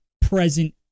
present